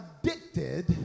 addicted